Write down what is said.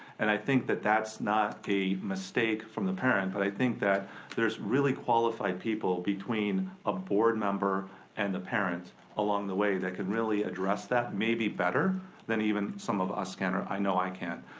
and i think that that's not a mistake from the parent. but i think that there's really qualified people between a board member and the parent along the way that can really address that maybe better than even some of us can, or i know i can't.